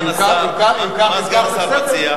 סגן השר, מה סגן השר מציע?